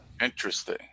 Interesting